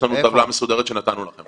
יש לנו טבלה מסודרת שנתנו לכם.